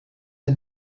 est